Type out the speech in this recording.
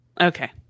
Okay